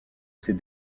ses